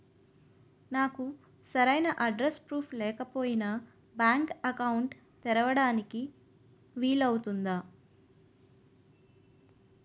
నాకు సరైన address proof లేకపోయినా బ్యాంక్ అకౌంట్ తెరవడానికి వీలవుతుందా?